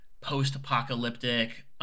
post-apocalyptic